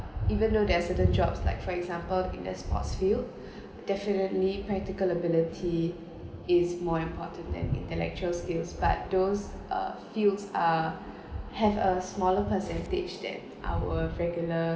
even though there are certain jobs like for example in the sports field definitely practical ability is more important than intellectual skills but those uh fields are have a smaller percentage that our regular